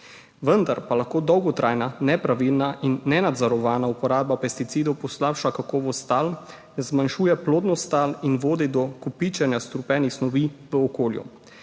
Vendar pa lahko dolgotrajna, nepravilna in nenadzorovana uporaba pesticidov poslabša kakovost tal, zmanjšuje plodnost tal in vodi do kopičenja strupenih snovi v okolju.